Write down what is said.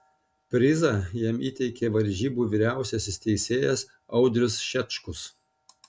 prizą jam įteikė varžybų vyriausiasis teisėjas audrius šečkus